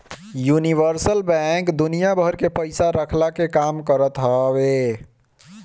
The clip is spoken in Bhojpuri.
यूनिवर्सल बैंक दुनिया भर के पईसा रखला के काम करत हवे